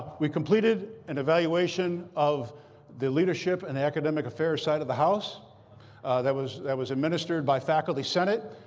we completed an evaluation of the leadership and academic affairs side of the house that was that was administered by faculty senate.